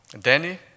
Danny